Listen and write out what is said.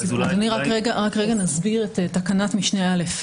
אנחנו נסביר את תקנת משנה א.